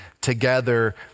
together